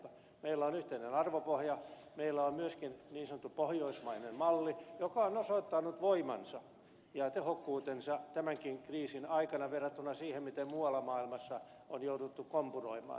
meillä on yhteinen arvopohja meillä on myöskin niin sanottu pohjoismainen malli joka on osoittanut voimansa ja tehokkuutensa tämänkin kriisin aikana verrattuna siihen miten muualla maailmassa on jouduttu kompuroimaan